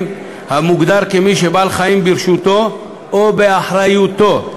המוגדר מי שבעל-חיים ברשותו או באחריותו,